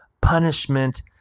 punishment